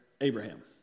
Abraham